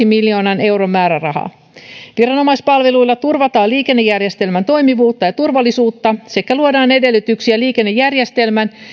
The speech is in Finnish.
miljoonan euron määrärahaa viranomaispalveluilla turvataan liikennejärjestelmän toimivuutta ja turvallisuutta sekä luodaan edellytyksiä liikennejärjestelmän